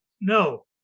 No